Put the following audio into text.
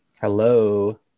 hello